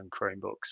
Chromebooks